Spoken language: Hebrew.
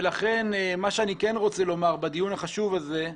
מה שאני כן רוצה לומר בדיון החשוב הזה,